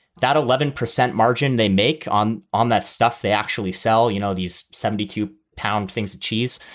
that eleven percent margin they make on on that stuff they actually sell, you know, these seventy two pound things that cheese,